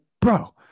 bro